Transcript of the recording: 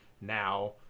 now